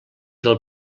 del